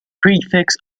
prefects